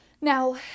Now